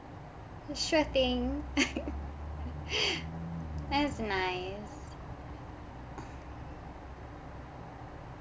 sure thing that's nice